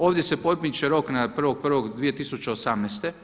Ovdje se pomiče rok na 1.1.2018.